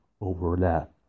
overlap